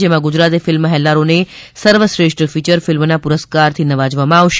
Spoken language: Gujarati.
જેમાં ગુજરાતી ફિલ્મ હેલ્લારોને સર્વશ્રેષ્ઠ ફિયર ફિલ્મના પુરરસ્કાર નવાજવામાં આવશે